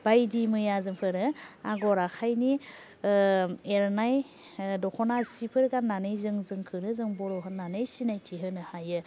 बायदि मैया जोंफोरो आग'र आखायनि एरनाय दख'ना सिफोर गान्नानै जों जोंखौनो जों बर' होन्नानै सिनायथि होनो हायो